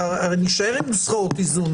נישאר עם נוסחאות איזון,